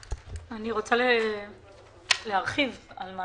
אני רוצה להרחיב על מה